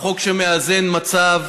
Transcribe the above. הוא חוק שמאזן מצב,